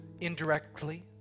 indirectly